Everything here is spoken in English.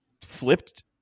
flipped